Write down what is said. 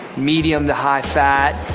medium to high fat.